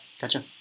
Gotcha